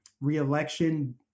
reelection